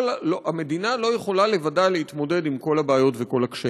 המדינה לא יכולה לבדה להתמודד עם כל הבעיות וכל הקשיים.